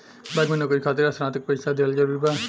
Bank में नौकरी खातिर स्नातक के परीक्षा दिहल जरूरी बा?